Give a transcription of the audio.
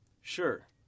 Sure